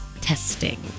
Testing